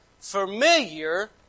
familiar